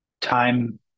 time